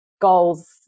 goals